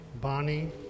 Bonnie